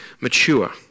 mature